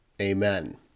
Amen